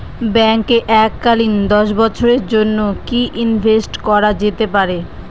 ব্যাঙ্কে এককালীন দশ বছরের জন্য কি ইনভেস্ট করা যেতে পারে?